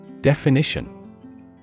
Definition